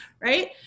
Right